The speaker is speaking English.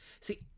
See